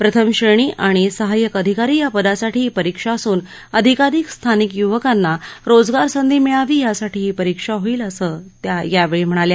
प्रथम श्रेणी आणि सहाय्यक अधिकारी या पदासाठी ही परीक्षा असून अधिकाधिक स्थानिक युवकांना रोजगार संधी मिळावी यासाठी ही परीक्षा होईल असं त्या यावेळी म्हणाल्या